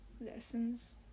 lessons